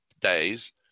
days